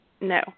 No